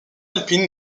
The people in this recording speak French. alpine